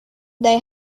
they